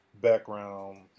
background